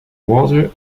water